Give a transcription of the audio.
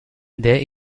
there